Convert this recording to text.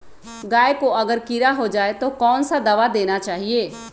गाय को अगर कीड़ा हो जाय तो कौन सा दवा देना चाहिए?